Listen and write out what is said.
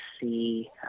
see